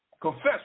Confess